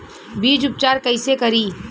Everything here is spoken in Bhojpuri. बीज उपचार कईसे करी?